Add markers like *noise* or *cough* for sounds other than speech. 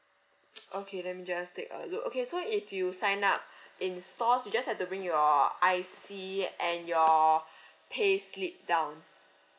okay let me just take a look okay so if you sign up *breath* in stores you just have to bring your I_C and your *breath* pay slip down